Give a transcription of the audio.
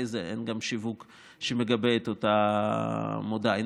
זה אין גם שיווק שמגבה את אותה מודעה,